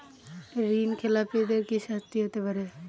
ঋণ খেলাপিদের কি শাস্তি হতে পারে?